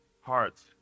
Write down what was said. hearts